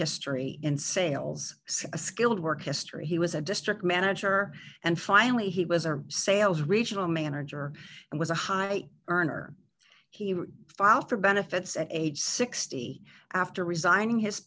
history in sales a skilled work history he was a district manager and finally he was a sales regional manager and was a high earner he would file for benefits and age sixty after resigning his